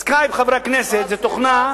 "סקייפ", חברי הכנסת, זאת תוכנה,